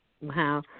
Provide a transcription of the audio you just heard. Wow